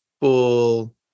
full